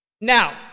Now